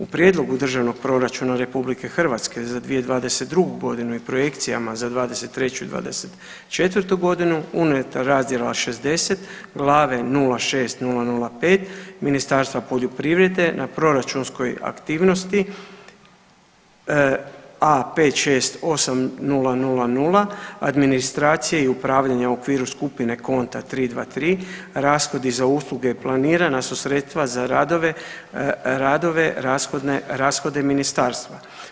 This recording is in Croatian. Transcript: U Prijedlogu Državnog proračuna RH za 2022. g. i projekcijama za '23. i '24. g. unutar razdjela 60 glave 06005 Ministarstva poljoprivrede na proračunskoj aktivnosti A568000 administracije i upravljanje u okviru skupine konta 323 rashodi za usluge, planirana su sredstva za radove rashode ministarstva.